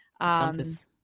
compass